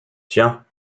tiens